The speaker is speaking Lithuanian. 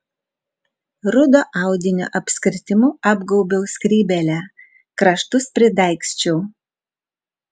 rudo audinio apskritimu apgaubiau skrybėlę kraštus pridaigsčiau